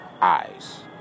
eyes